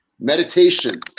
meditation